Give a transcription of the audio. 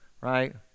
right